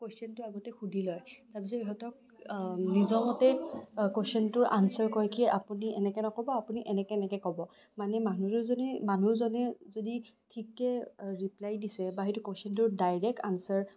কোৱেশ্যনটো আগতে সুধি লয় তাৰপিছত ইহঁতক নিজৰমতে কোৱেশ্যনটোৰ আনছাৰ কয় কি আপুনি এনেকে নক'ব আপুনি এনেকে এনেকে ক'ব মানে মানুহজনে ঠিকে ৰিপ্লাই দিছে বা সেইটো কোৱেশ্যনটোৰ ডাইৰেক্ট আনছাৰ